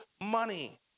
money